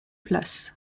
place